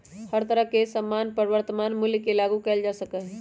हर तरह के सामान पर वर्तमान मूल्य के लागू कइल जा सका हई